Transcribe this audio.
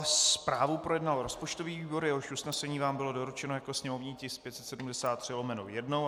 Zprávu projednal rozpočtový výbor, jehož usnesení vám bylo doručeno jako sněmovní tisk 573/1.